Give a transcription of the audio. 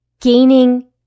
gaining